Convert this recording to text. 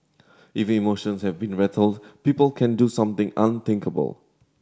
if emotions have been rattled people can do something unthinkable